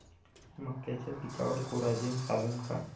मक्याच्या पिकावर कोराजेन चालन का?